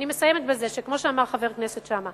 אני מסיימת בזה שכמו שאמר חבר הכנסת שאמה